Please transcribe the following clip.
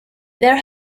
there